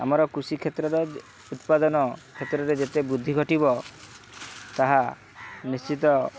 ଆମର କୃଷି କ୍ଷେତ୍ରର ଉତ୍ପାଦନ କ୍ଷେତ୍ରରେ ଯେତେ ବୃଦ୍ଧି ଘଟିବ ତାହା ନିଶ୍ଚିତ